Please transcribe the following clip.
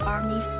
Army